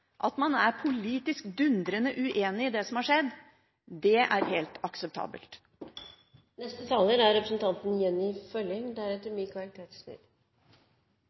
At man er politisk dundrende uenig i det som har skjedd, er helt akseptabelt. Eg føler behov for å ta ordet i denne saka som representant for Sogn og Fjordane. Det er